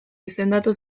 izendatu